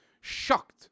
Shocked